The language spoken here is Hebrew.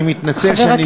אני מתנצל שאני,